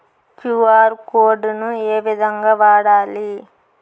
QR code ను ఏ విధంగా వాడాలి?